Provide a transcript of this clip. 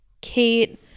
Kate